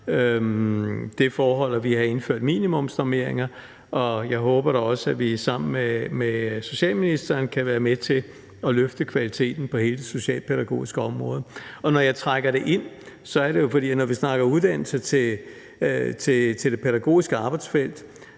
og at vi har indført minimumsnormeringer, og jeg håber da også, at vi sammen med socialministeren kan være med til at løfte kvaliteten på hele det socialpædagogiske område. Når jeg trækker det ind, er det jo, fordi vi, når vi snakker uddannelse til det pædagogiske arbejdsfelt,